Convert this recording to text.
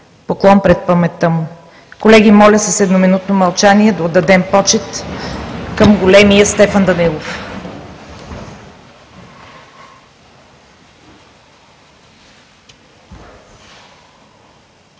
Поклон пред паметта му! Колеги, моля с едноминутно мълчание да отдадем почит към големия Стефан Данаилов.